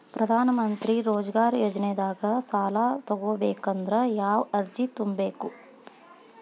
ಪ್ರಧಾನಮಂತ್ರಿ ರೋಜಗಾರ್ ಯೋಜನೆದಾಗ ಸಾಲ ತೊಗೋಬೇಕಂದ್ರ ಯಾವ ಅರ್ಜಿ ತುಂಬೇಕು?